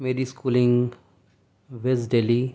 میری schooling west Delhi